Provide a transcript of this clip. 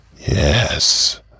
Yes